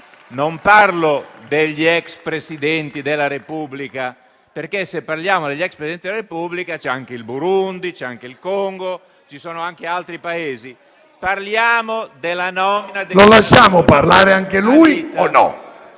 Non parlo degli ex Presidenti della Repubblica, perché, se parliamo degli *ex* Presidenti della Repubblica, c'è anche il Burundi, c'è anche il Congo, ci sono anche altri Paesi. Parliamo della nomina